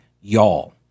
y'all